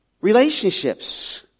Relationships